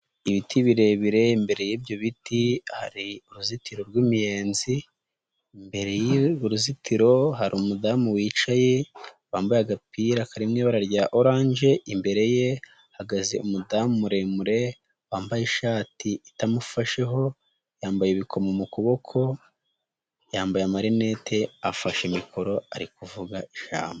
Ibiti birebire imbere y'ibyo biti hari uruzitiro rw'imiyenzi, imbere y'urwo ruzitiro hari umudamu wicaye wambaye agapira karimo ibara rya oranje, imbere ye hahagaze umudamu muremure wambaye ishati itamufasheho, yambaye ibikomo mu kuboko, yambaye amarinete, afashe mikoro ari kuvuga ijambo.